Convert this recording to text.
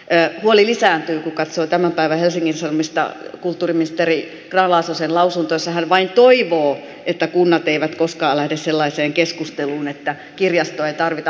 huoli lisääntyy kun katsoo tämän päivän helsingin sanomista kulttuuriministeri grahn laasosen lausuntoa jossa hän vain toivoo että kunnat eivät koskaan lähde sellaiseen keskusteluun että kirjastoa ei tarvita